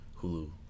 Hulu